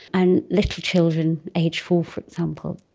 and little children aged four, for example,